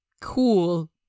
cool